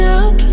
up